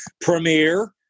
premiere